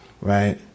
Right